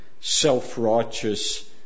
self-righteous